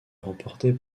remportée